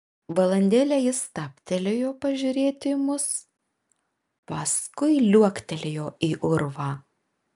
valandėlę jis stabtelėjo pažiūrėti į mus paskui liuoktelėjo į urvą